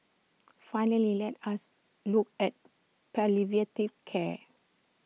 finally let us look at care